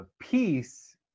peace